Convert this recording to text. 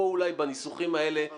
פה אולי בניסוחים האלה התבלבלנו.